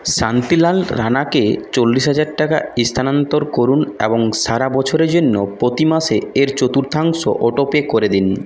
শান্তিলাল রাণাকে চল্লিশ হাজার টাকা স্থানান্তর করুন এবং সারা বছরের জন্য প্রতি মাসে এর চতুর্থাংশ অটোপে করে দিন